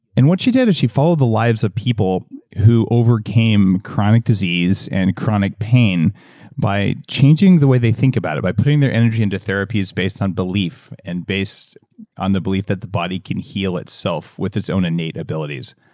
and what she did was she followed the lives of people who overcame chronic disease and chronic pain by changing the way they think about it, by putting their energy into therapies based on belief and based on the belief that the body can heal itself with its own innate abilities